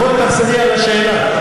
בואי, תחזרי על השאלה.